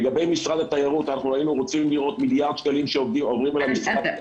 לגבי משרד התיירות היינו רוצים לראות מיליארד שקלים שעוברים אל המשרד.